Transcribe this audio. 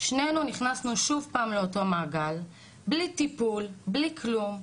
שנינו נכנסנו שוב פעם לאותו מעגל בלי טיפול בלי כלום,